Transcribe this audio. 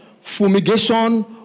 Fumigation